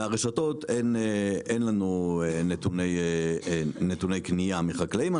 מהרשתות, אין לנו נתוני קנייה מחקלאים.